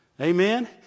Amen